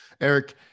Eric